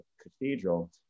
cathedral